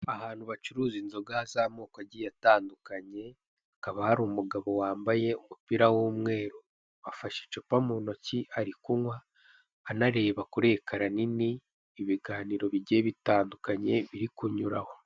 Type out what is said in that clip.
Ahantu bacuruza inzoga z'amoko agiye atandukanye, hakaba hari umugabo wambaye umupira w'umweru, afashe icupa mu ntoki, ari kunywa, anareba kuri ekara nini ibiganiro bigiye bitandukanye biri kunyuraho.